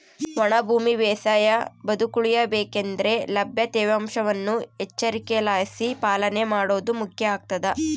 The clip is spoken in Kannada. ಒಣ ಭೂಮಿ ಬೇಸಾಯ ಬದುಕುಳಿಯ ಬೇಕಂದ್ರೆ ಲಭ್ಯ ತೇವಾಂಶವನ್ನು ಎಚ್ಚರಿಕೆಲಾಸಿ ಪಾಲನೆ ಮಾಡೋದು ಮುಖ್ಯ ಆಗ್ತದ